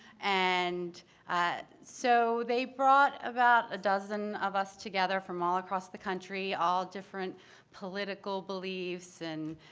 and so they brought about a dozen of us together from all across the country, all different political beliefs and